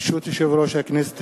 ברשות יושב-ראש הכנסת,